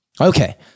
Okay